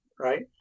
right